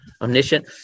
Omniscient